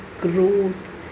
growth